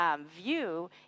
view